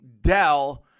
Dell